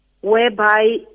whereby